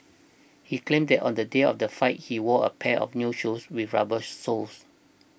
he claimed that on the day of the fight he wore a pair of new shoes with rubber soles